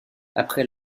après